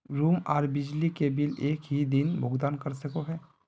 Room आर बिजली के बिल एक हि दिन भुगतान कर सके है?